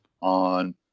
on